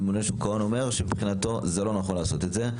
הממונה על שוק ההון אומר שמבחינתו זה לא נכון לעשות את זה,